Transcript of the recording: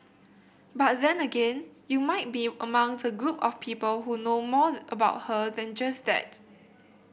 but then again you might be among the group of people who know more about her than just that